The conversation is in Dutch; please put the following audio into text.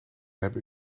hebben